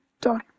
done